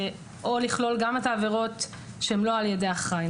או לכלול גם את העבירות שהן לא על ידי אחראי.